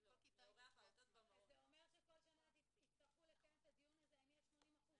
זאת אומרת שכל שנה יצטרכו לקיים את הדיון הזה האם יש 80%